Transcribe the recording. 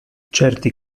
certi